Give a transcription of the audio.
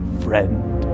friend